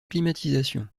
climatisation